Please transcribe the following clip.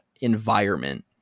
environment